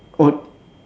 oh